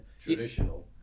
traditional